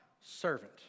Servant